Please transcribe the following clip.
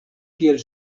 kiel